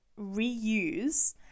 reuse